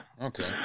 Okay